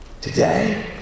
today